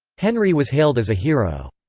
henry was hailed as a hero.